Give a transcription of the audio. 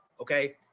okay